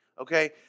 okay